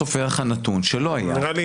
בסוף היה לך נתון שלא היה --- הגר,